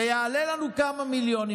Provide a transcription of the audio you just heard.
זה יעלה לנו כמה מיליונים,